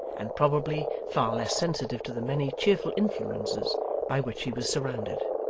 and probably far less sensitive to the many cheerful influences by which he was surrounded.